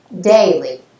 daily